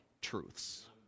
truths